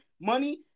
money